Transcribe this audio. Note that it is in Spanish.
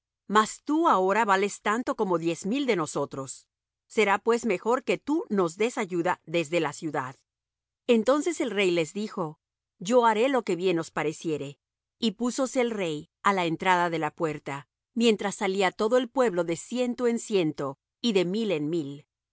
mas tú ahora vales tanto como diez mil de nosotros será pues mejor que tú nos des ayuda desde la ciudad entonces el rey les dijo yo haré lo que bien os pareciere y púsose el rey á la entrada de la puerta mientras salía todo el pueblo de ciento en ciento y de mil en mil